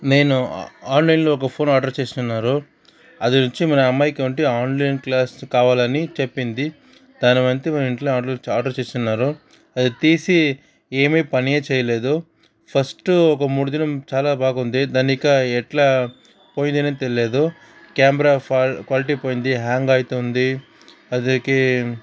నేను ఆన్లైన్లో ఒక ఫోన్ ఆర్డర్ చేసి ఉన్నారు అది వచ్చి మన అమ్మాయికి వంటి ఆన్లైన్ క్లాస్ కావాలని చెప్పింది తన వంతు మన ఇంట్లో ఆర్డర్ చేసున్నారు అది తీసి ఏమి పనే చేయలేదు ఫస్ట్ ఒక మూడు దినం చాలా బాగుంది దాన్ని ఇక ఎట్లా పోయిందని తెలియలేదు కెమెరా క్వాలిటీ పోయింది హ్యాంగ్ అవుతుంది అదికి